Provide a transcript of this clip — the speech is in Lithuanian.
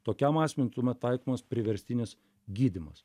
tokiam asmeniui tuomet taikomas priverstinis gydymas